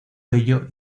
ello